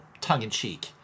tongue-in-cheek